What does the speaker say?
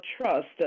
trust